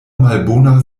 malbona